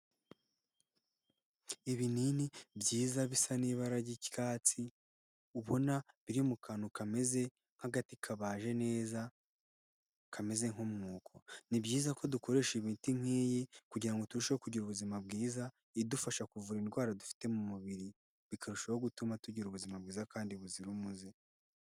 Ibinini byiza bisa n'ibara ry'icyatsi, ubona biri mu kantu kameze nk'agati kabaje neza kameze nk'umwuko, ni byiza ko dukoresha imiti nk'iyi kugira ngo turusheho kugira ubuzima bwiza idufasha kuvura indwara dufite mu mubiri, bikarushaho gutuma tugira ubuzima bwiza kandi buzira umuze.